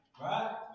Right